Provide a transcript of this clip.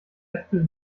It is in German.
äpfel